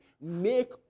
make